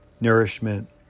nourishment